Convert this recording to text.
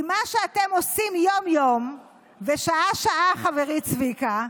כי מה שאתם עושים יום-יום ושעה שעה, חברי צביקה,